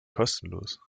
kostenlos